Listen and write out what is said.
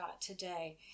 today